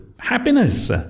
Happiness